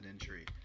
injury